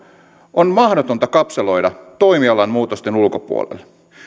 on mahdotonta kapseloida toimialan muutosten ulkopuolelle